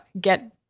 get